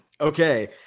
Okay